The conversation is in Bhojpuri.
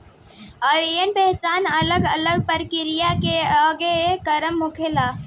अव्ययीय पाचन अलग अलग प्रक्रिया के एगो क्रम होला